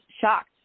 shocked